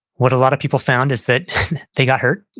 what a lot of people found is that they got hurt.